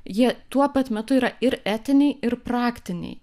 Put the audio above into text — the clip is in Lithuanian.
jie tuo pat metu yra ir etiniai ir praktiniai